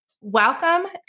Welcome